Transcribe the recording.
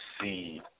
see